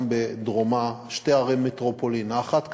בדרומה שתי ערי מטרופולין: האחת קיימת,